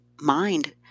mind